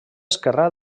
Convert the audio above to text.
esquerrà